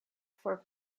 for